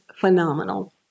phenomenal